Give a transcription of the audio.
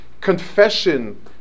Confession